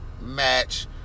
match